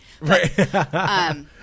Right